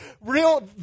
Real